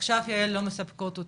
עכשיו יעל לא מספקות אותי.